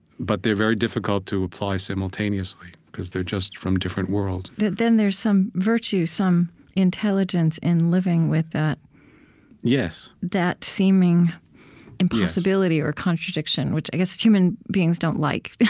but they're very difficult to apply simultaneously, because they're just from different worlds then there's some virtue, some intelligence in living with that that seeming impossibility or contradiction, which i guess human beings don't like, yeah